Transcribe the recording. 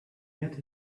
get